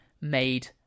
made